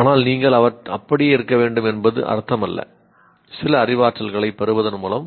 ஆனால் நீங்கள் அப்படியே இருக்க வேண்டும் என்று அர்த்தமல்ல சில அறிவாற்றல்களைப் பெறுவதன் மூலம்